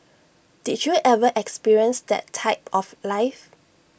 did you ever experience that type of life